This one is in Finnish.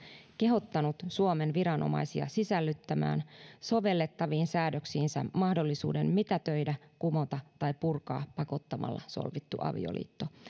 kehottanut suomen viranomaisia sisällyttämään sovellettaviin säädöksiinsä mahdollisuuden mitätöidä kumota tai purkaa pakottamalla solmittu avioliitto